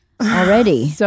already